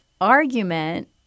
argument